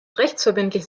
rechtsverbindlich